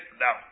now